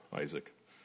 Isaac